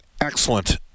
excellent